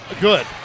good